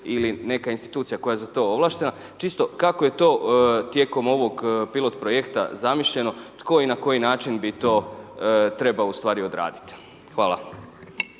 ili neka institucija koja je za to ovlaštena, čisto kako ej to tijekom ovog pilo projekta zamišljeno, tko i na koji način bi to trebao ustvari odraditi. Hvala.